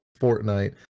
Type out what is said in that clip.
Fortnite